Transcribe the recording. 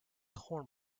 horn